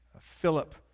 Philip